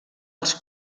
els